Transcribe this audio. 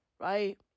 Right